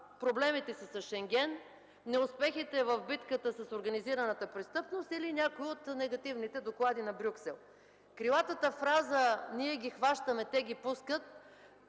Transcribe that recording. проблемите си с Шенген, неуспехите в битката с организираната престъпност или някой от негативните доклади на Брюксел. Крилата фраза: „Ние ги хващаме, те ги пускат”,